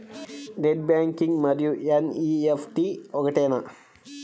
Net banking మరియు NEFT ఒకటేనా?